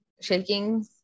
shaking